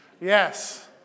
Yes